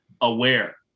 aware